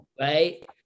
right